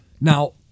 now